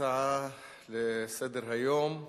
הצעות לסדר-היום מס'